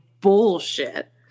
bullshit